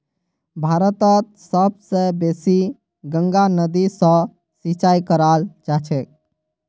भारतत सब स बेसी गंगा नदी स सिंचाई कराल जाछेक